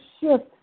shift